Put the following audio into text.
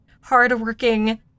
hardworking